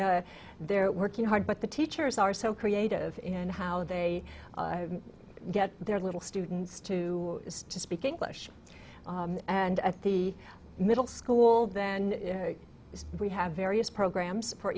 know they're working hard but the teachers are so creative in how they get their little students to speak english and at the middle school then we have various programs